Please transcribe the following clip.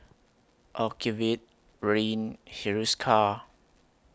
Ocuvite Rene Hiruscar